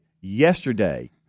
Yesterday